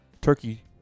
turkey